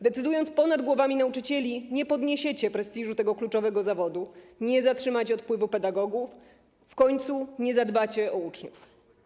Decydując ponad głowami nauczycieli, nie podniesiecie prestiżu tego kluczowego zawodu, nie zatrzymacie odpływu pedagogów, w końcu nie zadbacie o uczniów.